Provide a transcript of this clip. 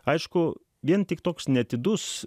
aišku vien tik toks neatidus